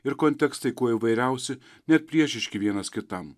ir kontekstai kuo įvairiausi net priešiški vienas kitam